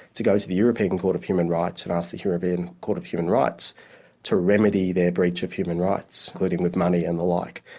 to go to the european court of human rights and ask the european court of human rights to remedy their breach of human rights, including with money and the like.